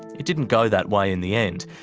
it didn't go that way in the end,